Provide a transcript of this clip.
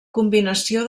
combinació